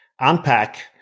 unpack